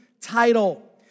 title